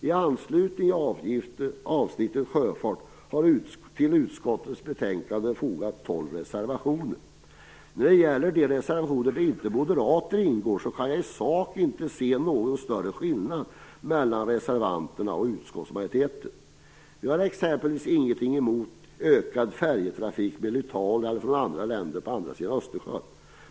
I anslutning till avsnittet sjöfart har till utskottets betänkande fogats tolv reservationer. När det gäller de reservationer där inga moderater ingår kan jag inte i sak se någon större skillnad mellan reservanterna och utskottsmajoriteten. Vi har exempelvis inget emot en ökad färjetrafik med Litauen eller från andra länder på andra sidan Östersjön.